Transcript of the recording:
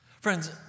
Friends